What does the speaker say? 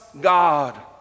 God